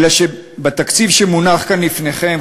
התקציב שמונח כאן לפניכם,